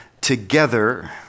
together